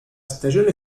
stagione